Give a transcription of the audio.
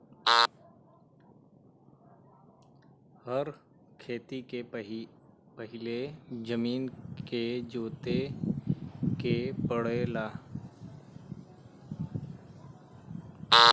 हर खेती के पहिले जमीन के जोते के पड़ला